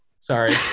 sorry